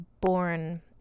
born